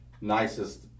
nicest